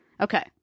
okay